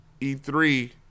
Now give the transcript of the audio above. E3